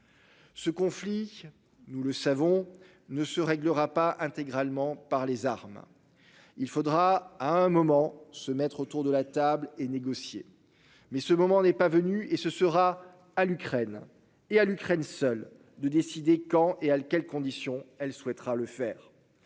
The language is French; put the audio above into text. Ce conflit, nous le savons ne se réglera pas intégralement par les armes. Il faudra à un moment se mettre autour de la table et négocier. Mais ce moment n'est pas venu et ce sera à l'Ukraine et à l'Ukraine seule de décider quand et à quelle condition elle souhaitera le faire.